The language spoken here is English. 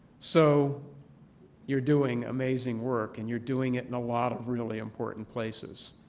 so you're doing amazing work and you're doing it in a lot of really important places,